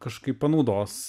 kažkaip panaudos